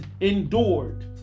endured